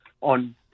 on